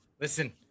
Listen